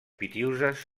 pitiüses